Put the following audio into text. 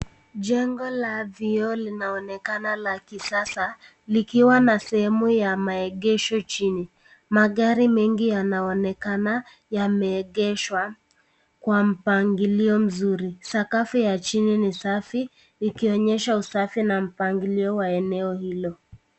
Jengo la vioo linaonekana la kisasa likiwa na sehemu ya maegesho chini. Magari mengi yanaonekana yameegeshwa kwa mpangilio mzuri. Sakafu ya chini ni safi ikionyesha usafi na mpangilio wa eneo hilo.